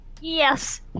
Yes